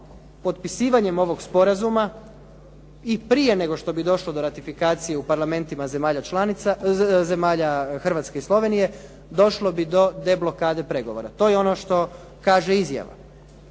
potpisivanjem ovog sporazuma i prije nego što bi došlo do ratifikacije u parlamentima zemalja Hrvatske i Slovenije došlo bi do deblokade pregovora. To je ono što kaže izjava.